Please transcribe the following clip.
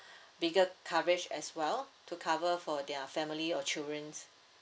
bigger coverage as well to cover for their family or children